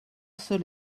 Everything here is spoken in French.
seul